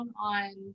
on